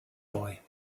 boy